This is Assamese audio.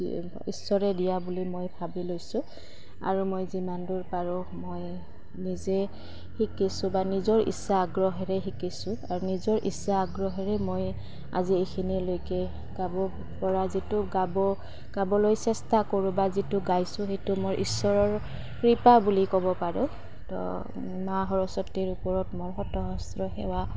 ঈশ্বৰে দিয়া বুলি মই ভাবি লৈছোঁ আৰু মই যিমান দূৰ পাৰোঁ মই নিজে শিকিছোঁ বা নিজৰ ইচ্ছা আগ্ৰহেৰে শিকিছোঁ আৰু নিজৰ ইচ্ছা আগ্ৰহেৰে মই আজি এইখিনলৈকে গাব পৰা যিটো গাব গাবলৈ চেষ্টা কৰোঁ বা যিটো গাইছোঁ সেইটো মোৰ ঈশ্বৰৰ কৃপা বুলি ক'ব পাৰোঁ তো মা সৰস্বতীৰ ওপৰত মোৰ সেৱা